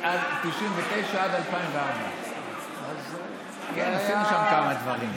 1999 עד 2004. עשינו שם כמה דברים.